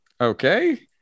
Okay